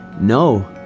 No